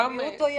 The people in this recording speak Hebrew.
גם -- מיעוט עוין.